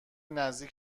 نزدیک